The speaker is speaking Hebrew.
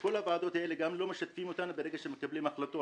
כל הוועדות האלה לא משתפות אותנו כאשר מקבלים החלטות.